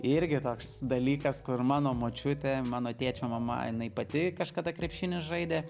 irgi toks dalykas kur mano močiutė mano tėčio mama jinai pati kažkada krepšinį žaidė